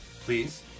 Please